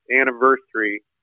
anniversary